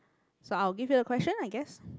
so I will give the question lah I guess